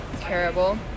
terrible